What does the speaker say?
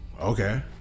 Okay